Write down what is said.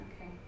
Okay